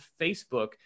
Facebook